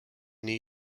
new